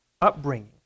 upbringing